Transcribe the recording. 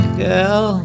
girl